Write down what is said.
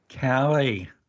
Callie